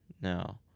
No